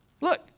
Look